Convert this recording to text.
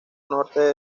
norte